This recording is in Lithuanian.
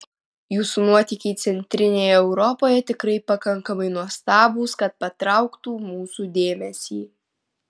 jūsų nuotykiai centrinėje europoje tikrai pakankamai nuostabūs kad patrauktų mūsų dėmesį